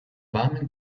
warmen